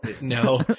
No